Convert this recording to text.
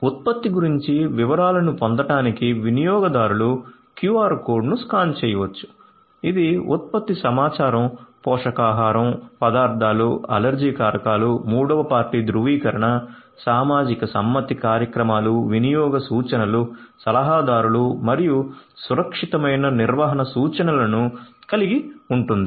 ఉత్పత్తి గురించి వివరాలను పొందడానికి వినియోగదారులు QR కోడ్ను స్కాన్ చేయవచ్చు ఇది ఉత్పత్తి సమాచారం పోషకాహారం పదార్థాలు అలెర్జీ కారకాలు మూడవ పార్టీ ధృవీకరణ సామాజిక సమ్మతి కార్యక్రమాలు వినియోగ సూచనలు సలహాదారులు మరియు సురక్షితమైన నిర్వహణ సూచనలను కలిగి ఉంటుంది